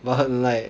!wah! 很 like